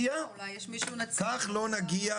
כך לא נגיע